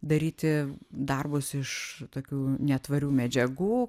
daryti darbus iš tokių netvarių medžiagų